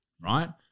right